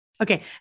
Okay